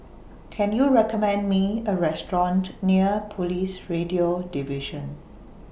Can YOU recommend Me A Restaurant near Police Radio Division